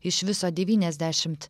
iš viso devyniasdešimt